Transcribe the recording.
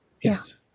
Yes